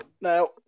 Now